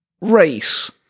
race